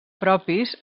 propis